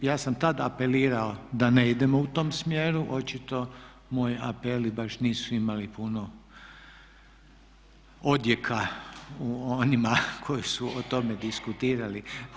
I ja sam tada apelirao da ne idemo u tom smjeru, očito moji apeli baš nisu imali puno odjeka u onima koji su o tome diskutirali.